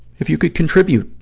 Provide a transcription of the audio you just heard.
if you could contribute.